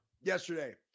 yesterday